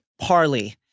parley